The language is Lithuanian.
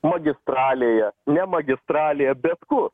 magistralėje ne magistralėje bet kur